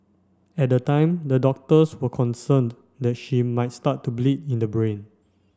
at the time the doctors were concerned that she might start to bleed in the brain